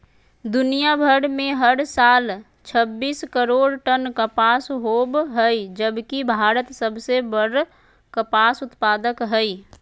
दुनियां भर में हर साल छब्बीस करोड़ टन कपास होव हई जबकि भारत सबसे बड़ कपास उत्पादक हई